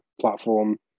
platform